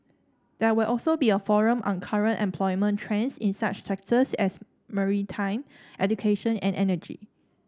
there will also be a forum on current employment trends in such sectors as maritime education and energy